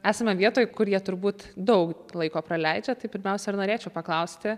esame vietoj kur jie turbūt daug laiko praleidžia tai pirmiausia ir norėčiau paklausti